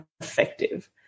effective